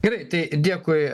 gerai tai dėkui